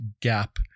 gap